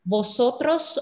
Vosotros